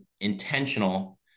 intentional